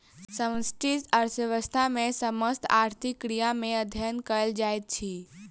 समष्टि अर्थशास्त्र मे समस्त आर्थिक क्रिया के अध्ययन कयल जाइत अछि